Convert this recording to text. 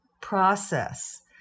process